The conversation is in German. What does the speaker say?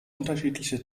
unterschiedliche